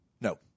No